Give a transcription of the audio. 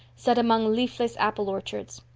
set among leafless apple orchards.